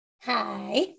hi